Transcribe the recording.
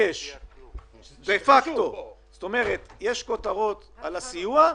יש כותרות על הסיוע,